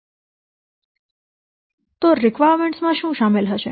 તો આવશ્યકતાઓ માં શું શામેલ હશે